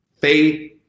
Faith